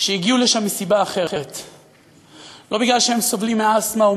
ימים רבים שבהם אני